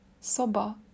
Soba